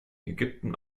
ägypten